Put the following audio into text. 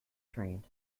trained